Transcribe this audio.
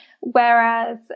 whereas